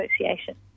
association